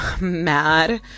mad